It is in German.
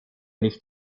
nicht